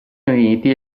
uniti